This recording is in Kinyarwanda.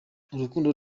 urukundo